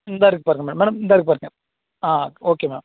இந்தா இருக்குது பாருங்க மேம் மேடம் இந்தா இருக்குது பாருங்க ஆ ஓகே மேம்